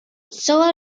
solo